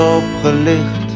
opgelicht